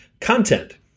content